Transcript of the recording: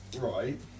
Right